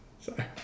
Sorry